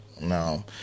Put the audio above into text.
No